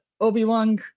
Obi-Wan